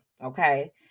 okay